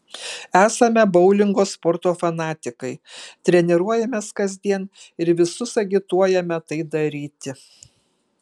esame boulingo sporto fanatikai treniruojamės kasdien ir visus agituojame tai daryti